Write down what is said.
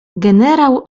generał